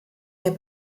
der